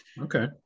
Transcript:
okay